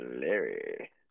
Larry